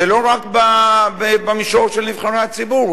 זה לא רק במישור של נבחרי הציבור,